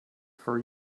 for